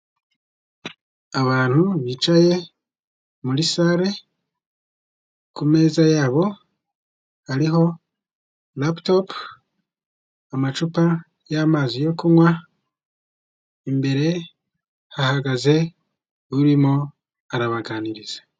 Abantu bicaye muri sare, ku meza yabo hariho raputopu, amacupa y'amazi yo kunywa, imbere hahagaze urimo arabaganiriza.